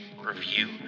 review